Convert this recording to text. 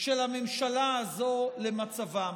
הזאת למצבם.